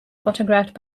photographed